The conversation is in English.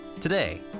Today